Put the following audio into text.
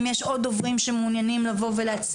אם יש עוד דוברים שמעוניינים לבוא ולהציג